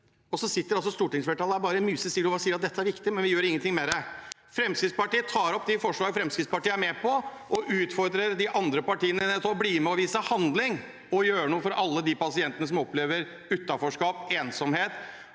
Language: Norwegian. Så sitter altså stortingsflertallet her og bare er musestille og sier at dette er viktig, men vi gjør ingenting med det. Fremskrittspartiet tar opp de forslagene Fremskrittspartiet står bak, og utfordrer de andre partiene til å bli med og vise handling og gjøre noe for alle de pasientene som opplever utenforskap, ensomhet